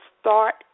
start